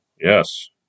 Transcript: Yes